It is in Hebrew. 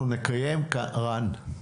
רן,